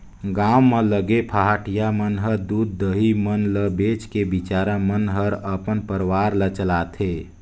गांव म लगे पहाटिया मन ह दूद, दही मन ल बेच के बिचारा मन हर अपन परवार ल चलाथे